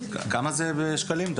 כמה זה בשקלים?